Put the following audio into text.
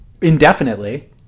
indefinitely